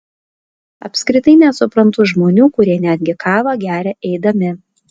apskritai nesuprantu žmonių kurie netgi kavą geria eidami